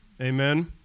amen